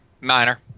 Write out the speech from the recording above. Minor